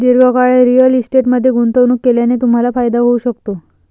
दीर्घकाळ रिअल इस्टेटमध्ये गुंतवणूक केल्याने तुम्हाला फायदा होऊ शकतो